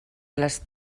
les